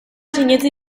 sinetsi